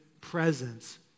presence